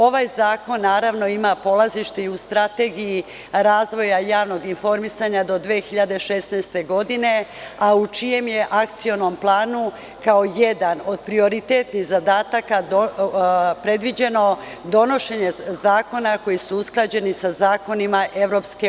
Ovaj zakon, naravno, ima polazište i u Strategiji razvoja javnog informisanja do 2016. godine, a u čijem je akcionom planu kao jedan od prioritetnih zadataka predviđeno donošenje zakona koji su usklađeni sa zakonima EU.